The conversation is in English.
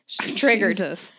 Triggered